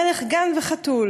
מלך גן וחתול.